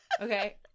okay